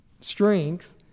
strength